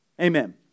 Amen